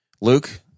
Luke